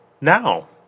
now